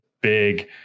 big